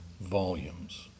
volumes